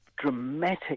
dramatic